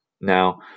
now